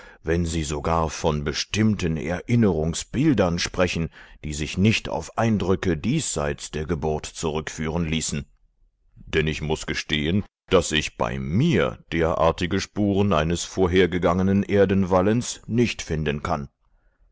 wenn sie sogar von bestimmten erinnerungsbildern sprechen die sich nicht auf eindrücke diesseits der geburt zurückführen ließen denn ich muß gestehen daß ich bei mir derartige spuren eines vorhergegangenen erdenwallens nicht finden kann